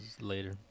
later